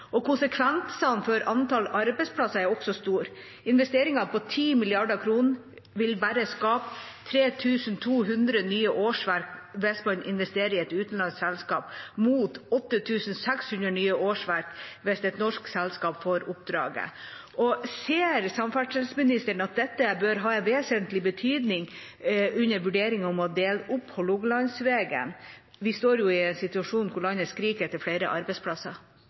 Konsekvensene for antall arbeidsplasser er også store. Investeringer på 10 mrd. kr vil bare skape 3 200 nye årsverk hvis man investerer i et utenlandsk selskap, mot 8 600 nye årsverk hvis et norsk selskap får oppdraget. Ser samferdselsministeren at dette bør ha en vesentlig betydning i vurderingen om å dele opp Hålogalandsvegen? Vi står jo i en situasjon hvor landet skriker etter flere arbeidsplasser.